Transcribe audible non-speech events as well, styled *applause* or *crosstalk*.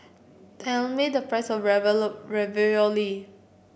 tell me the price of *unintelligible* Ravioli